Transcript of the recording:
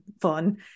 fun